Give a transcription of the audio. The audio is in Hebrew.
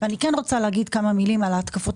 אני כן רוצה להגיד כמה מילים על ההתקפות